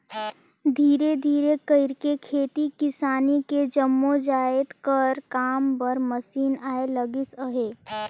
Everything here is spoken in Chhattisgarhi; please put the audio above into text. धीरे धीरे कइरके खेती किसानी के जम्मो जाएत कर काम बर मसीन आए लगिस अहे